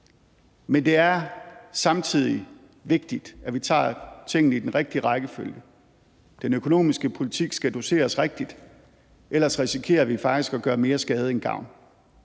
Men det er samtidig vigtigt, at vi tager tingene i den rigtige rækkefølge. Den økonomiske politik skal doseres rigtigt, ellers risikerer vi faktisk at gøre mere skade end gavn,